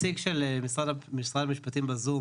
יש נציג של משרד המשפטים בזום,